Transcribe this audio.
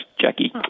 Jackie